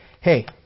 hey